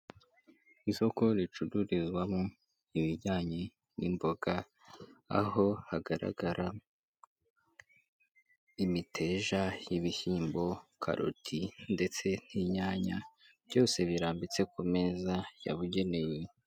Isoko ricururizwamo ibijyanye n'imboga, aho hagaragara imiteja y'ibishyimbo, karoti ndetse n'inyanya, byose birambitse ku meza yabugenewe.